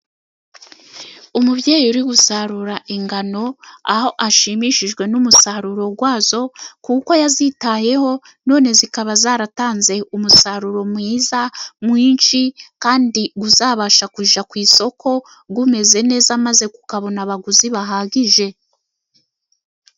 Umubyeyi uri gusarura ingano, aho ashimishijwe n'umusaruro wazo kuko yazitayeho, none zikaba zaratanze umusaruro mwiza mwinshi, kandi uzabasha kujya ku isoko umeze neza, maze akabona abaguzi bahagije.